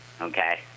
okay